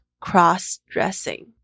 cross-dressing